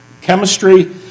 chemistry